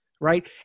Right